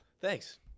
Thanks